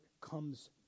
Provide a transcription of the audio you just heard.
comes